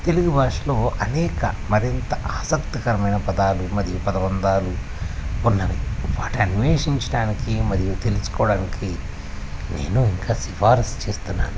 తెలుగు భాషలో అనేక మరింత ఆసక్తికరమైన పదాలు మరియు పదబంధాలు కొన్ని అనుమాట వాటిని అన్వేషించడానికి మరియు తెలుసుకోవడానికి నేను ఇంకా సిఫారసు చేస్తున్నాను